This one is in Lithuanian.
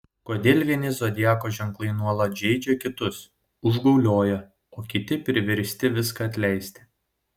kodėl vieni zodiako ženklai nuolat žeidžia kitus užgaulioja o kiti priversti viską atleisti